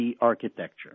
architecture